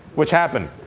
which happened.